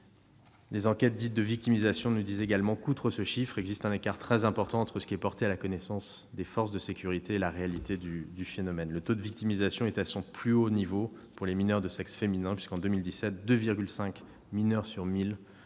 Des enquêtes dites « de victimisation » montrent également qu'il existe un écart très important entre ce qui est porté à la connaissance des forces de sécurité et la réalité. Le taux de victimisation est à son plus haut niveau pour les mineurs de sexe féminin, puisque, en 2017, 2,5 mineures sur 1 000